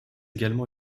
également